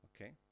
Okay